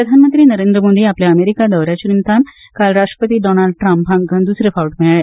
प्रधानमंत्री नरेंद्र मोदी आपल्या अमेरीका दौऱ्याचे निमतान काल राष्ट्रपती डॉनाल्ड ट्रंप हांका द्रसरे फावट मेळळे